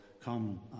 come